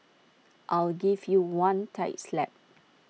I'll give you one tight slap